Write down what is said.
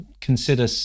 consider